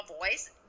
voice